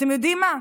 אתם יודעים מה?